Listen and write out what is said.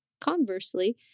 conversely